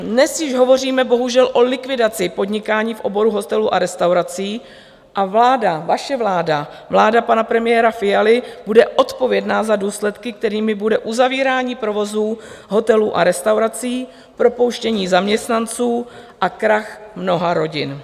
Dnes již hovoříme bohužel o likvidaci podnikání v oboru hotelů a restaurací a vláda, vaše vláda, vláda pana premiéra Fialy, bude odpovědná za důsledky, kterými bude uzavírání provozů hotelů a restaurací, propouštění zaměstnanců a krach mnoha rodin.